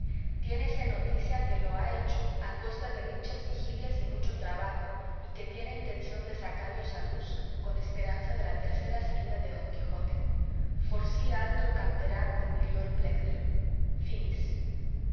declarase tiénese noticia que lo ha hecho a costa de muchas vigilias y mucho trabajo y que tiene intención de sacallos a luz con esperanza de la tercera salida de don quijote forsi altro canter con miglior plectio finis